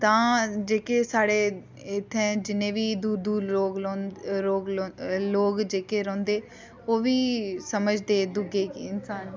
तां जेह्के साढ़े इत्थे जिन्ने बी दूर दूर लोक लों लों लोक जेह्के रौंह्दे ओह् बी समझदे दुए इंसान गी